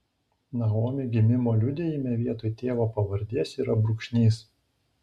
naomi gimimo liudijime vietoj tėvo pavardės yra brūkšnys